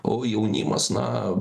o jaunimas na